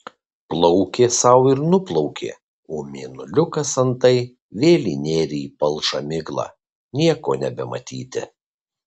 plaukė sau ir nuplaukė o mėnuliukas antai vėl įnėrė į palšą miglą nieko nebematyti